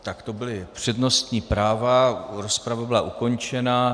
Tak to byly přednostní práva, rozprava byla ukončena.